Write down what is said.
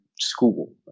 school